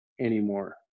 anymore